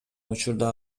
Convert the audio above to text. учурда